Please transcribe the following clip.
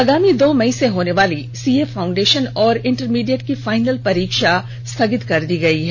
आगामी दो मई से होने वाली सीए फाउंडेषन और इंटरमीडिएट की फाइनल परीक्षा स्थगित कर दी गयी है